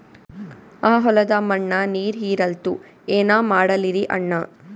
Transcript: ಆ ಹೊಲದ ಮಣ್ಣ ನೀರ್ ಹೀರಲ್ತು, ಏನ ಮಾಡಲಿರಿ ಅಣ್ಣಾ?